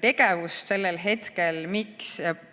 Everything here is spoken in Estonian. tegevust sellel hetkel ja